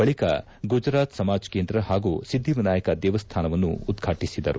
ಬಳಿಕ ಗುಜರಾತ್ ಸಮಾಜ್ ಕೇಂದ್ರ ಪಾಗೂ ಸಿದ್ದಿವಿನಾಯಕ ದೇವಸ್ವಾನವನ್ನು ಉದ್ಘಾಟಿಸಿದರು